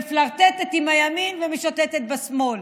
מפלרטטת עם הימין ומשוטטת בשמאל.